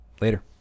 Later